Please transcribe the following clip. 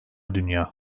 dünya